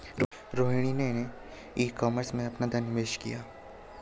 रोहिणी ने e-commerce में अपना धन निवेश किया